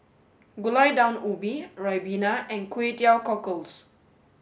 Gulai Daun Ubi Ribena and Kkway Teow cockles